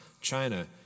China